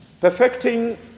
Perfecting